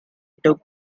took